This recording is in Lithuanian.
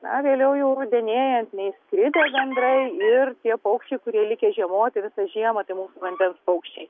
na vėliau jau rudenėjant neišskridę gandrai ir tie paukščiai kurie likę žiemoti visą žiemą tai mūsų vandens paukščiai